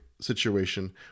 situation